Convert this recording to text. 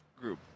group